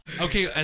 Okay